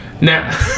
Now